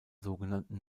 sogenannten